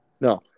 No